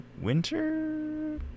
winter